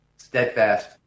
steadfast